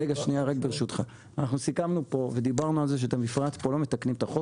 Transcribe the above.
אנחנו סיכמנו ודיברנו על זה שלא מתקנים פה את החוק.